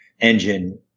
Engine